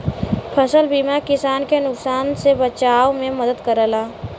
फसल बीमा किसान के नुकसान से बचाव में मदद करला